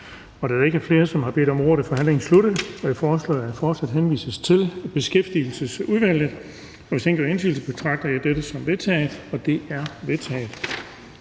Da der ikke er flere, som har bedt om ordet, er forhandlingen sluttet. Jeg foreslår, at forslaget til folketingsbeslutning henvises til Beskæftigelsesudvalget, og hvis ingen gør indsigelse, betragter jeg dette som vedtaget. Det er vedtaget.